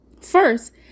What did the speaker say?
First